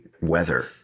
weather